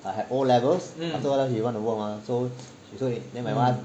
err had O-levels after awhile then she want to work mah so she so then my wife ask